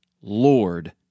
Lord